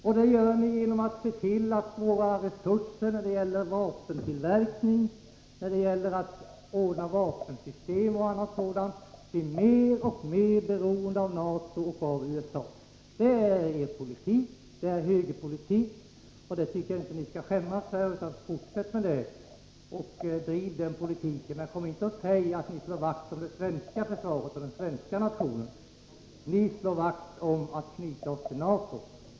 Och det gör ni genom att se till att våra resurser när det gäller vapentillverkning, när det gäller att ordna vapensystem och annat sådant blir mer och mer beroende av NATO och av USA. Det är er politik, det är högerpolitik, och det tycker jag inte att ni skall skämmas för. Fortsätt att driva den politiken, men kom inte och säg att ni slår vakt om det svenska försvaret och den svenska nationen! Ni slår vakt om att knyta oss till NATO.